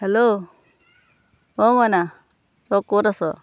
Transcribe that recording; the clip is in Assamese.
হেল্ল' অ' মইনা তই ক'ত আছ